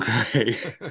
Okay